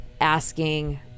asking